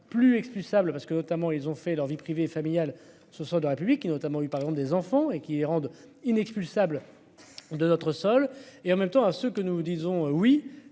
plus expulsables parce que notamment, ils ont fait leur vie privée et familiale. Ce sont deux République et notamment eu par exemple des enfants et qui rendent inexpulsable. De notre sol et en même temps à ce que nous disons oui,